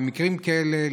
ומקרים כאלה,